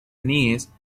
knees